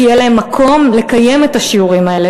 שיהיה להם מקום לקיים את השיעורים האלה,